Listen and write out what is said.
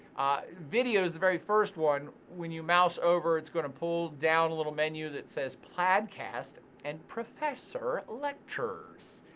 videos, the very first one, when you mouse over it's gonna pull down a little menu that says plaidcasts and professor lectures.